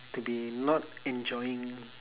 to be not enjoying